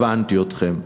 הבנתי אתכם.